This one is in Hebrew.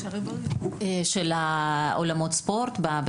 של אולמות הספורט?